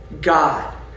God